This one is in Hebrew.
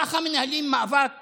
ככה מנהלים מאבק יחד?